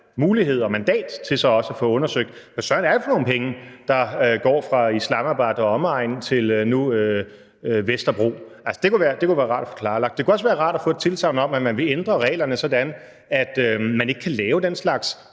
mulighed og mandat til at få undersøgt, hvad søren det er for nogle penge, der går fra Islamabad og omegn til nu Vesterbro. Altså, det kunne være rart at få klarlagt. Det kunne også være rart at få et tilsagn om, at man vil ændre reglerne, sådan at man selvfølgelig ikke kan lave den slags